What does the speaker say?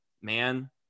man